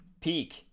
peak